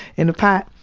in a pot?